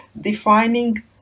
defining